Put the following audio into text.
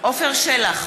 עפר שלח,